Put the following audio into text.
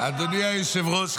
היושב-ראש,